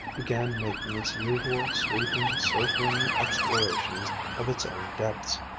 began making its usual, sweeping, circling explorations of its own depths.